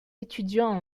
étudiants